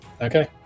okay